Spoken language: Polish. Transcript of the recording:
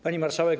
Pani Marszałek!